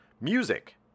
music